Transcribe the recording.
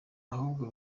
ahubwo